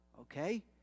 okay